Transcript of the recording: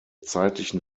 zeitlichen